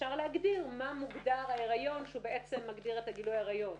אפשר להגדיר מה מוגדר ההיריון שהוא בעצם מגדיר את הגילוי עריות,